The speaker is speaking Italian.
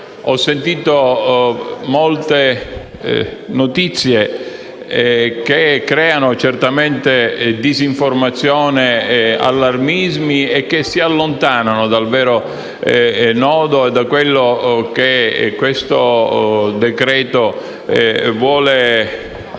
Ho sentito molte notizie che creano certamente disinformazione e allarmismi e che si allontanano dal vero nodo e dall'obiettivo che questo decreto-legge